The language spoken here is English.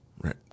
right